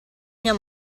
mia